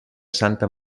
santa